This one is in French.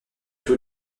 tout